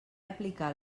aplicar